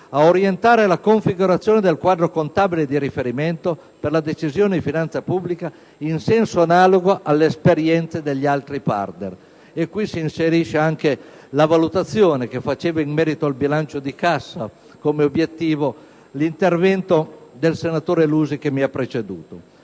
a orientare la configurazione del quadro contabile di riferimento per la decisione di finanza pubblica in senso analogo alle esperienze di altri Paesi partner. In proposito si inserisce anche la valutazione che faceva in merito al bilancio di cassa come obiettivo il senatore Lusi nell'intervento che mi ha preceduto.